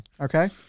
Okay